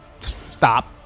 stop